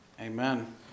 Amen